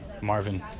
Marvin